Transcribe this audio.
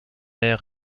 air